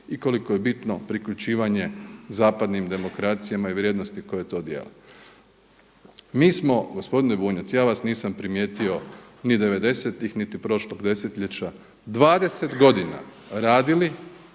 i koliko je bitno priključivanje zapadnim demokracijama i vrijednosti koje to dijele. Mi smo, gospodine Bunjac ja vas nisam primijetio ni 90.tih niti prošlog desetljeća, 20 godina radili